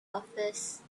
office